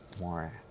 more